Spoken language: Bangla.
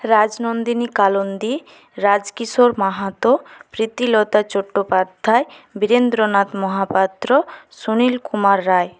রাজনন্দিনী কালন্দি রাজকিশোর মাহাতো প্রীতিলতা চট্টোপাধ্যায় বীরেন্দ্রনাথ মহাপাত্র সুনীল কুমার রায়